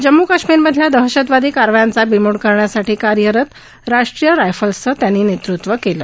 जम्म् काश्मीरमधल्या दहशतवादी कारवायांचा बीमोड करण्यासाठी कार्यरत राष्ट्रीय रायफल्सचं त्यांनी नेतृत्व केलं